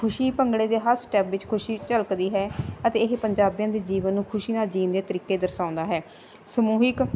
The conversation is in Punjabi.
ਖੁਸ਼ੀ ਭੰਗੜੇ ਦੇ ਹਹ ਸਟੇਪ ਵਿੱਚ ਖੁਸ਼ੀ ਝਲਕਦੀ ਹੈ ਅਤੇ ਇਹ ਪੰਜਾਬੀਆਂ ਦੇ ਜੀਵਨ ਨੂੰ ਖੁਸ਼ੀ ਨਾਲ ਜੀਣ ਦੇ ਤਰੀਕੇ ਦਰਸਾਉਂਦਾ ਹੈ ਸਮੂਹਿਕ